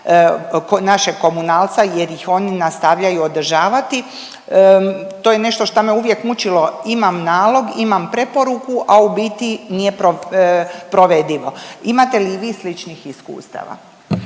naše komunalca jer ih oni nastavljaju održavati, to je nešto šta me uvijek mučilo imam preporuku a u biti nije provedivo. Imate li i vi sličnih iskustava?